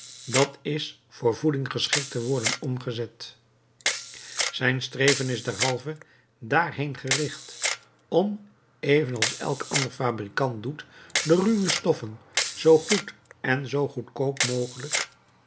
d i voor voeding geschikte worden omgezet zijn streven is derhalve daarheen gericht om even als elk ander fabrikant doet de ruwe stoffen zoo goed en zoo goedkoop mogelijk